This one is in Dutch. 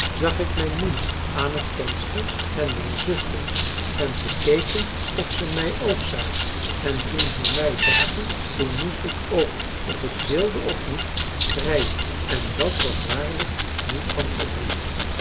zag ik mijn moeder aan het venster en mijn zusters en ze keken of ze mij ook zagen en toen zij mij zagen toen moest ik ook of ik wilde of niet schreien en dat was waarlijk niet van verdriet